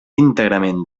íntegrament